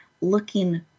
looking